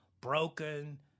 broken